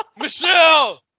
Michelle